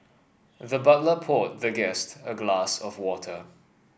the butler poured the guest a glass of water